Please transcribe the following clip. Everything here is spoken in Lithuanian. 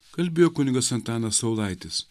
kalbėjo kunigas antanas saulaitis